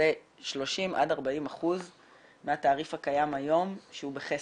ב-30% עד 40% מהתעריף הקיים היום שהוא בחסר.